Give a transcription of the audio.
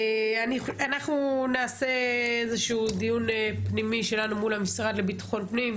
אנחנו נעשה איזשהו דיון פנימי שלנו מול המשרד לביטחון הפנים,